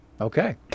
Okay